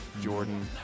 Jordan